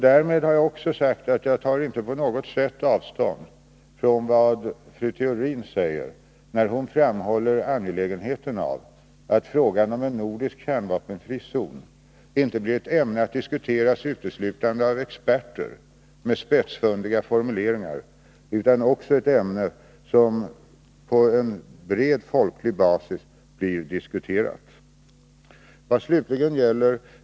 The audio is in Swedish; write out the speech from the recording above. Därmed har jag också klargjort att jag inte på något sätt tar avstånd från vad fru Theorin säger, när hon framhåller angelägenheten av att frågan om en nordisk kärnvapenfri zon inte blir ett ämne att diskuteras uteslutande av experter med spetsfundiga formuleringar utan ett ämne som också diskuteras på bred folklig basis.